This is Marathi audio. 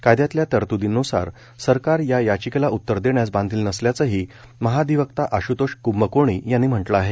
कायचातल्या तरतुदीनुसार सरकार या याचिकेला उत्तर देण्यास बांधील नसल्याचंही महाधिवक्ता आश्रतोष क्ंभकोणी यांनी म्हटलं आहे